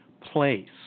place